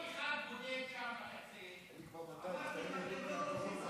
ההצעה להעביר את הנושא לוועדת החוקה,